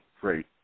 great